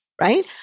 right